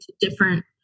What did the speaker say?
different